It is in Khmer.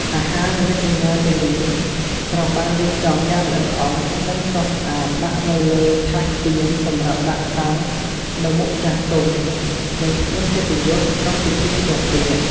អាហារនិមិត្តសញ្ញាទាំងនេះត្រូវបានរៀបចំយ៉ាងល្អិតល្អន់ និងស្រស់ស្អាតដាក់នៅលើថាសពានសម្រាប់ដាក់តាំងនៅមុខចាស់ទុំ និងភ្ញៀវកិត្តិយសក្នុងពិធីភ្ជាប់ពាក្យ។